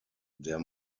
der